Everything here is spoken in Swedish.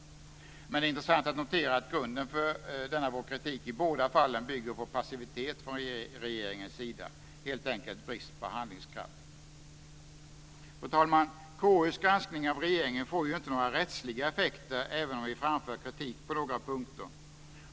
Men det är intressant att notera att grunden för denna vår kritik i båda fallen bygger på passivitet från regeringens sida - helt enkelt brist på handlingskraft. Fru talman! KU:s granskning av regeringen får ju inte några rättsliga effekter även om vi framför kritik på några punkter.